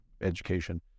education